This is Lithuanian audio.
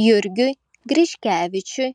jurgiui griškevičiui